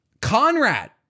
Conrad